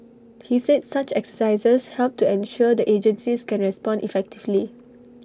he said such exercises help to ensure the agencies can respond effectively